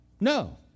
No